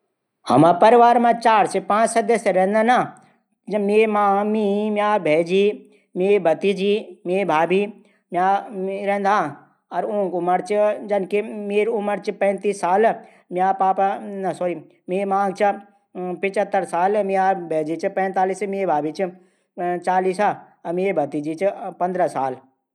हमरू परिवार मा चार से पांच सदस्य रैंदन मे मां मी। म्यार भैजी मे भतीजी। मे भाभी। म्यारू भतीजा। मेरी उम्र पैतीस साल। मे मां पचत्तर साल। म्यार भैजीम पैतालीस मे भाभी चालीस ।मे भतीजी पंद्रह साल